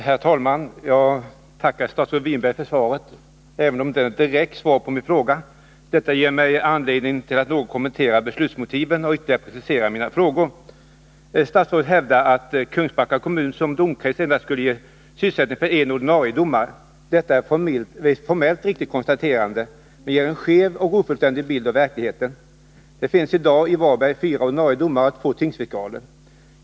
Herr talman! Jag tackar statsrådet Winberg för svaret, även om det inte är ett direkt svar på min fråga. Detta ger mig anledning att något kommentera beslutsmotiven och ytterligare precisera mina frågor. Statsrådet hävdar att Kungsbacka kommun som domkrets endast skulle ge sysselsättning för en ordinarie domare. Detta är ett formellt riktigt konstaterande, men det ger en skev och ofullständig bild av verkligheten. Det finns i dag i Varberg fyra ordinarie domare och två tingsfiskaler.